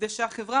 כדי שהחברה,